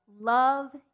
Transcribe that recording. Love